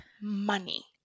money